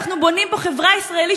של חבר הכנסת